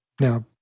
Now